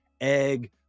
egg